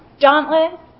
Dauntless